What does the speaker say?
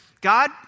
God